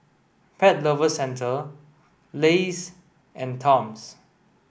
Pet Lovers Centre Lays and Toms